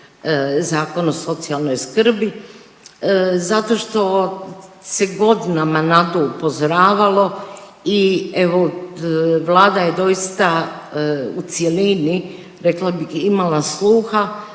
Zakon o socijalnoj skrbi zato što se godinama na to upozoravalo i evo vlada je doista u cjelini rekla bih imala sluha